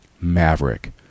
maverick